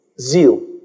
zeal